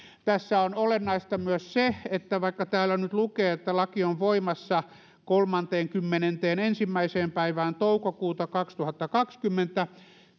tässä on olennaista myös se että vaikka täällä nyt lukee että laki on voimassa kolmanteenkymmenenteenensimmäiseen päivään toukokuuta kaksituhattakaksikymmentä